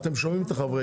חברי